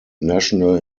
national